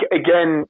again